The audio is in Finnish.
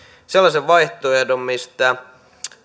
sellaisen vaihtoehdon mistä